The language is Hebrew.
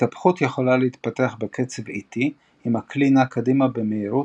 התהפכות יכולה להתפתח בקצב איטי אם הכלי נע קדימה במהירות,